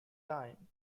time